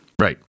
Right